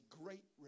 great